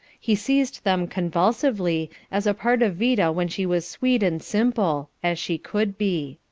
he seized them convulsively, as a part of vida when she was sweet and simple as she could be.